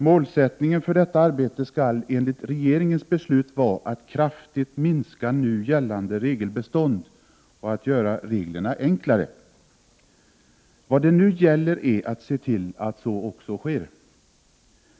Målsättningen för detta arbete skall enligt regeringens beslut vara att kraftigt minska nu gällande regelbestånd och att göra reglerna enklare. Vad det nu gäller är att se till att så också sker.